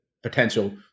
Potential